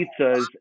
pizzas